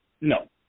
No